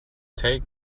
take